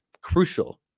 crucial